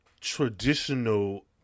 traditional